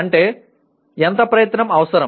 అంటే ఎంత ప్రయత్నం అవసరం